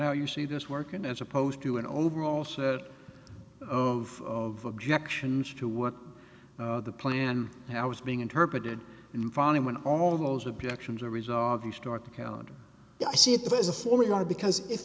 how you see this working as opposed to an overall set of objections to what the plan now is being interpreted and finally when all those objections are resolved you start to count i see it as a holy war because if